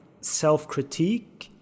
self-critique